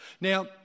Now